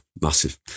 Massive